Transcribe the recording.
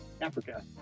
Africa